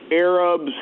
Arabs